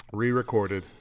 re-recorded